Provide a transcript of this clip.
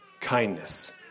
kindness